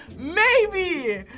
maybe!